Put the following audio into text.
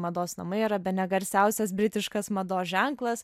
mados namai yra bene garsiausias britiškas mados ženklas